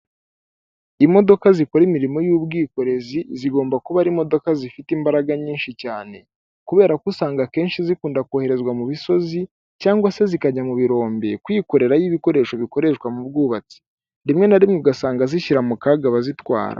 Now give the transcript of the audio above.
Imodoka zikora imirimo y'ubwikorezi zigomba kuba ari imodoka zifite imbaraga nyinshi cyane kubera ko usanga akenshi zikunda koherezwa mu misozi cyangwa se zikajya mu birombe kwikoreraraho ibikoresho bikoreshwa mu bwubatsi rimwe na rimwe ugasanga zishyira mu kaga abazitwara.